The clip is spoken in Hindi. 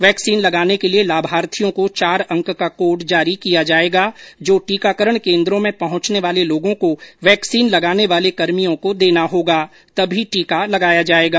वैक्सीन लगाने के लिये लाभार्थियों को चार अंक का कोड जारी किया जाएगा जो टीकाकरण केन्द्रों में पहुंचने वाले लोगों को वैक्सीन लगाने वाले कर्मियों को देना होगा तभी टीका लगाया जाएगा